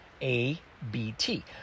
ABT